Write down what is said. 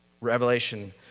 Revelation